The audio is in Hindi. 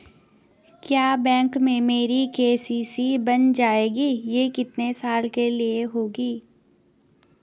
क्या बैंक में मेरी के.सी.सी बन जाएगी ये कितने साल के लिए होगी?